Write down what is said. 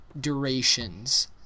durations